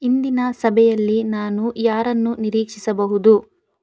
ಇಂದಿನ ಸಭೆಯಲ್ಲಿ ನಾನು ಯಾರನ್ನು ನಿರೀಕ್ಷಿಸಬಹುದು